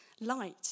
light